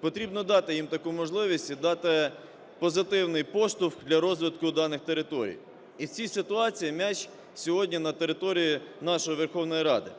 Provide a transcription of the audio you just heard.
Потрібно дати їм таку можливість і дати позитивний поштовх для розвитку даних територій. І в цій ситуації м'яч сьогодні на території нашої Верховної Ради.